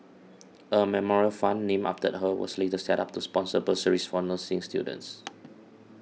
a memorial fund named after her was later set up to sponsor bursaries for nursing students